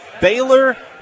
baylor